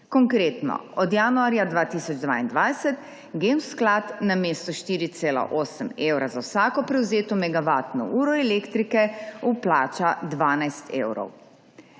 Konkretno, od januarja 2022 Gen v sklad namesto 4,8 evra za vsako prevzeto megavatno uro elektrike vplača 12 evrov.